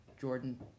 Jordan